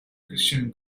christian